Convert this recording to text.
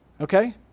okay